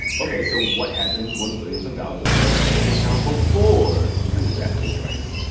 ok. so what happens when billions of dollars are spent to protect a town before a disaster strikes?